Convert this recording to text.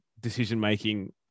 decision-making